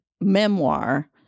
memoir